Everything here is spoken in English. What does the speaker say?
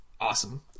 Awesome